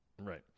Right